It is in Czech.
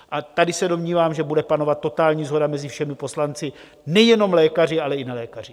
A tady se domnívám, že bude panovat totální shoda mezi všemi poslanci, nejenom lékaři, ale i nelékaři.